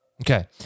Okay